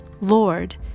Lord